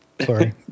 Sorry